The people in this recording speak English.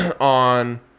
on